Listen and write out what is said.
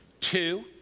Two